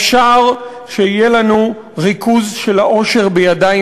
אפשר שיהיה לנו ריכוז של העושר בידיים